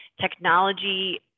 technology